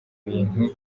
bintu